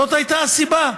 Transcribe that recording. זאת הייתה הסיבה.